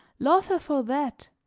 love her for that